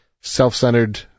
self-centered